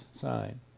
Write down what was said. sign